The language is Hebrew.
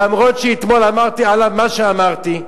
למרות שאתמול אמרתי עליו מה שאמרתי,